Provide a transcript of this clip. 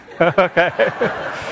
okay